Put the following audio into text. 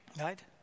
Right